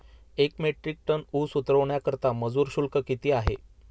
एक metric ton ऊस उतरवण्याकरता मजूर शुल्क किती आहे?